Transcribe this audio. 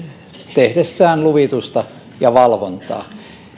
tehdessään luvitusta ja valvontaa